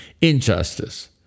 injustice